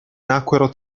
nacquero